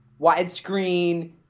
widescreen